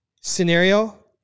scenario